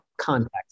context